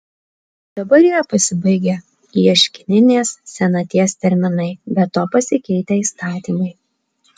dabar yra pasibaigę ieškininės senaties terminai be to pasikeitę įstatymai